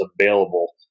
available